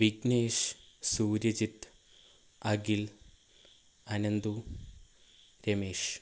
Vignesh Suryajith Akhil Anandu Ramesh